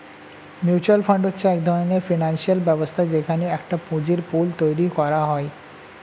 mutual fund হচ্ছে এক ধরণের ফিনান্সিয়াল ব্যবস্থা যেখানে একটা পুঁজির পুল তৈরী করা হয়